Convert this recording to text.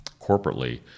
corporately